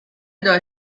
the